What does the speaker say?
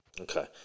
Okay